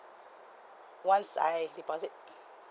once I deposit